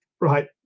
right